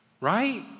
right